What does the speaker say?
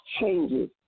changes